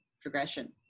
progression